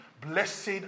Blessed